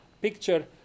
picture